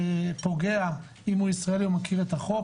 פוגע אם הוא ישראלי או מכיר את החוק,